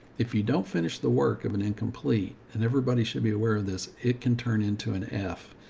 if you don't finish the work of an incomplete, and everybody should be aware of this, it can turn into an f.